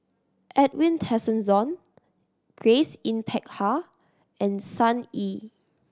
Edwin Tessensohn Grace Yin Peck Ha and Sun Yee